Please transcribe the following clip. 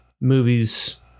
movies